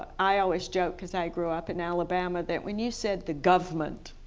i always joke because i grew up in alabama that when you said the guvment,